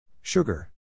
Sugar